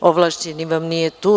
Ovlašćeni vam nije tu.